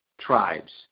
tribes